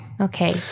Okay